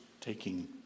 taking